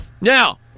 Now